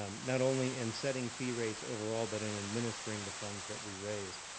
um not only in setting fee raise overall but in administering the funds that we raised.